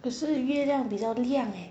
可是月亮比较亮 eh